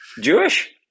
Jewish